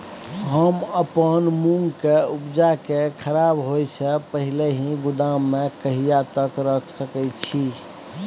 हम अपन मूंग के उपजा के खराब होय से पहिले ही गोदाम में कहिया तक रख सके छी?